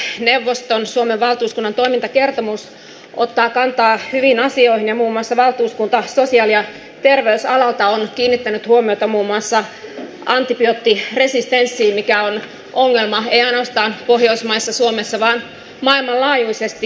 pohjoismaiden neuvoston suomen valtuuskunnan toimintakertomus ottaa kantaa hyviin asioihin ja muun muassa valtuuskunta sosiaali ja terveysalalta on kiinnittänyt huomiota muun muassa antibioottiresistenssiin mikä on ongelma ei ainoastaan pohjoismaissa ja suomessa vaan maailmanlaajuisesti